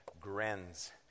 Grenz